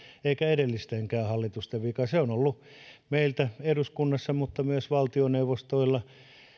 eikä edellistenkään hallitusten vika se on ollut meillä eduskunnassa mutta myös valtioneuvostolla